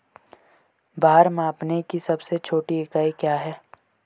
भार मापने की सबसे छोटी इकाई क्या है?